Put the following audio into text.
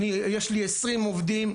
יש לי 20 עובדים,